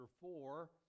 four